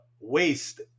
waste